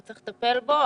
וצריך לטפל בו,